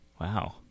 Wow